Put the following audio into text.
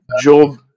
job